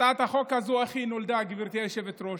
הצעת החוק הזאת, איך היא נולדה, גברתי היושבת-ראש?